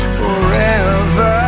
forever